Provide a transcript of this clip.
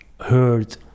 heard